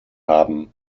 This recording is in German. haben